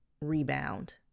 rebound